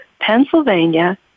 Pennsylvania